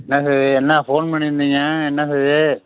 என்ன சேதி என்ன ஃபோன் பண்ணிருந்தீங்கள் என்ன சேதி